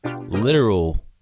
literal